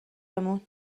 مون